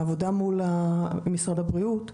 העבודה מול משרד הבריאות.